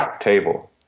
table